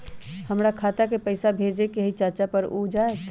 हमरा खाता के पईसा भेजेए के हई चाचा पर ऊ जाएत?